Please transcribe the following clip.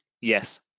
yes